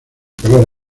color